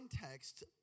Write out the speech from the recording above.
context